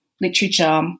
literature